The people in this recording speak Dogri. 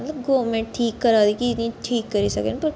मतलब गोरमैंट ठीक करा दी कि इनें ठीक करी सकन पर